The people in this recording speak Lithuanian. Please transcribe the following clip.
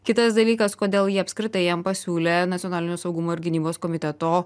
kitas dalykas kodėl ji apskritai jam pasiūlė nacionalinio saugumo ir gynybos komiteto